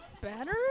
better